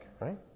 right